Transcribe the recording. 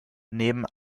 neben